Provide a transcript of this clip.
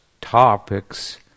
topics